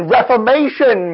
Reformation